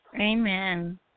Amen